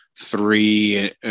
three